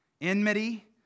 enmity